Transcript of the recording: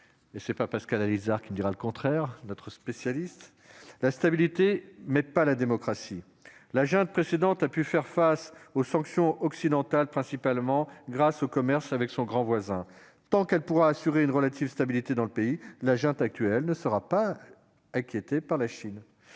ce n'est pas Pascal Allizard qui dira le contraire ! La junte précédente a pu faire face aux sanctions occidentales principalement grâce au commerce avec son grand voisin. Tant qu'elle pourra assurer une relative stabilité dans le pays, la junte actuelle ne sera pas inquiétée par la Chine.